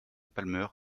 palmer